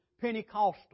Pentecostal